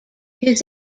his